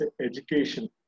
education